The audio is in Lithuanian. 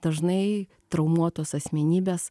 dažnai traumuotos asmenybės